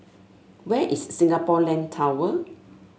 where is Singapore Land Tower